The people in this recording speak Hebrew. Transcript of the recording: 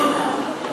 אני